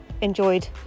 enjoyed